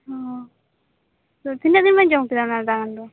ᱦᱚᱸ ᱛᱚ ᱛᱤᱱᱟᱹᱜ ᱫᱤᱱᱵᱮᱱ ᱡᱚᱢᱠᱮᱫᱟ ᱚᱱᱟ ᱨᱟᱱ ᱫᱚ